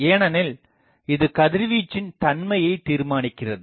ஏனெனில் இது கதிர்வீச்சின் தன்மையைத் தீர்மானிக்கிறது